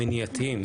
מניעתיים,